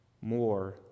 more